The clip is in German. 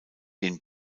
den